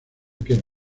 quiero